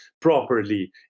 properly